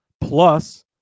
Plus